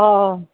অঁ